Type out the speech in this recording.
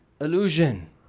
illusion